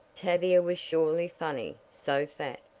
tavia was surely funny so fat,